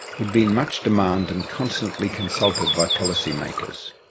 would be in much demand and constantly consulted by policy makers.